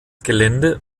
gelände